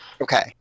Okay